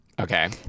Okay